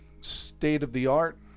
state-of-the-art